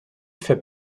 fait